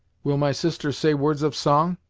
will my sister say words of song?